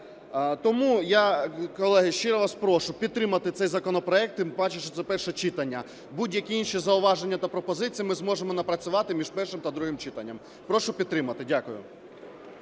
Тому я, колеги, щиро вас прошу підтримати цей законопроект, тим паче, що це перше читання. Будь-які інші зауваження та пропозиції ми зможемо напрацювати між першим та другим читанням. Прошу підтримати. Дякую.